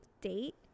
date